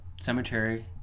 Cemetery